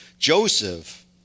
Joseph